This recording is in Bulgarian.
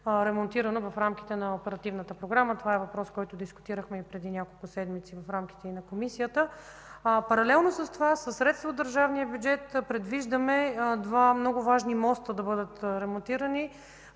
ремонтирано в рамките на оперативната програма. Това е въпрос, който дискутирахме и преди няколко седмици в рамките на Комисията. Паралелно с това със средства от държавния бюджет предвиждаме два много важни моста да бъдат ремонтирани